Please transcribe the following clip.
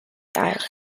islands